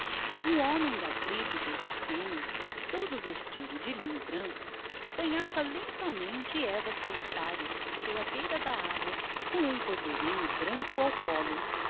um homem da tribo dos essénios todo vestido de linho branco apanhava lentamente ervas salutares nela beira da água com um cordeirinho branco ao colo